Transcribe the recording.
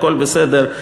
הכול בסדר,